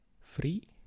free